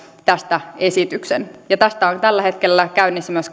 tästä esityksen tästä on tällä hetkellä käynnissä myös